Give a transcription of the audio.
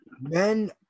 men